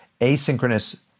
asynchronous